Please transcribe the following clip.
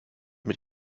mit